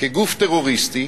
כגוף טרוריסטי,